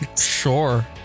sure